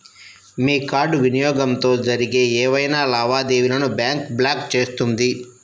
మీ card వినియోగంతో జరిగే ఏవైనా లావాదేవీలను బ్యాంక్ బ్లాక్ చేస్తుంది